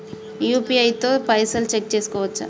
UPI తో పైసల్ check చేసుకోవచ్చా?